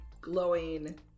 glowing